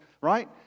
right